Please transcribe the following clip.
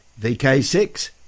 VK6